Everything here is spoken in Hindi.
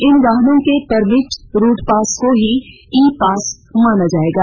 इन वाहनों के परमिट रूट पास को ही ई पास माना जाएगा